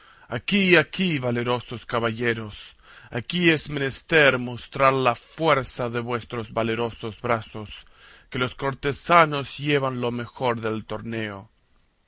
aquí aquí valerosos caballeros aquí es menester mostrar la fuerza de vuestros valerosos brazos que los cortesanos llevan lo mejor del torneo